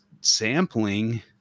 sampling